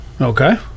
Okay